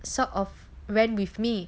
sort of ran with me